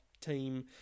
team